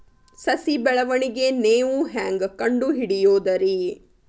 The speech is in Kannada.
ಸಸಿ ಬೆಳವಣಿಗೆ ನೇವು ಹ್ಯಾಂಗ ಕಂಡುಹಿಡಿಯೋದರಿ?